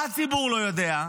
מה הציבור לא יודע?